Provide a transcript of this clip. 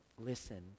listen